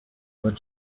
but